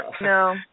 No